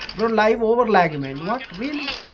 the labels like i mean like really